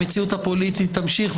המציאות הפוליטית תמשיך,